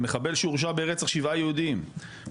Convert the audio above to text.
למחבל שהורשע ברצח שבעה יהודים,